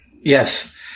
yes